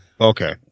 okay